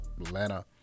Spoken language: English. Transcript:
Atlanta